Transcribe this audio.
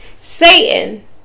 Satan